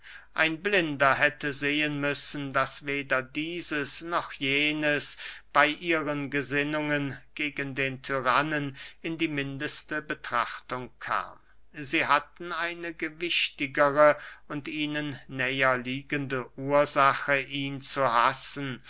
ein blinder hätte sehen müssen daß weder dieses noch jenes bey ihren gesinnungen gegen den tyrannen in die mindeste betrachtung kam sie hatten eine gewichtigere und ihnen näher liegende ursache ihn zu hassen